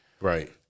Right